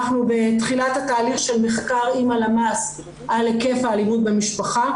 אנחנו בתחילת התהליך של מחקר עם הלמ"ס על היקף האלימות במשפחה,